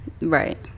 Right